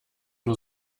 nur